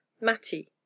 Mattie